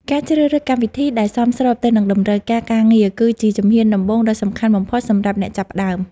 ការជ្រើសរើសកម្មវិធីដែលសមស្របទៅនឹងតម្រូវការការងារគឺជាជំហានដំបូងដ៏សំខាន់បំផុតសម្រាប់អ្នកចាប់ផ្ដើម។